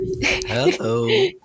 hello